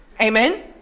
amen